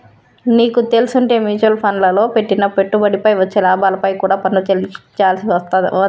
నీకు తెల్సుంటే మ్యూచవల్ ఫండ్లల్లో పెట్టిన పెట్టుబడిపై వచ్చే లాభాలపై కూడా పన్ను చెల్లించాల్సి వత్తదంట